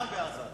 גם בעזתה.